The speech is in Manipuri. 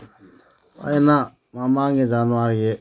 ꯑꯩꯅ ꯃꯃꯥꯡꯒꯤ ꯖꯅꯋꯥꯔꯤꯒꯤ